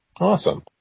Awesome